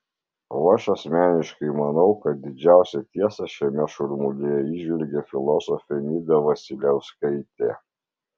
o aš asmeniškai manau kad didžiausią tiesą šiame šurmulyje įžvelgė filosofė nida vasiliauskaitė